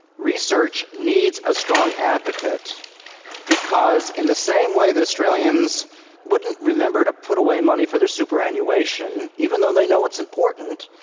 research needs a strong advocate because in the same way that australians wouldn't remember to put away money for their superannuation, even though they know it's important,